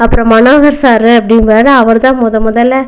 அப்புறம் மனோகர் சாரு அப்படிங்குவாரில் அவரு தான் முத முதல்ல